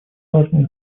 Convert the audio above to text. важные